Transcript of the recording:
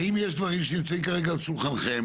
האם יש דברים שנמצאים כרגע על שולחנכם?